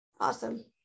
Awesome